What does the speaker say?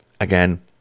again